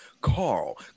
Carl